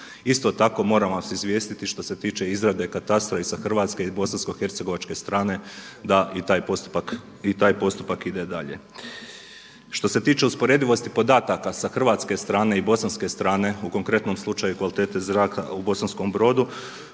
Isto tako moram vas izvijestiti što se tiče izrade katastra i sa hrvatska i sa bosanskohercegovačke strane da i taj postupak ide dalje. Što se tiče usporedivosti podataka sa hrvatske strane i bosanske strane u konkretnom slučaju kvalitete zraka u Bosanskom Brodu,